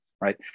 right